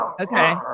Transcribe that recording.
Okay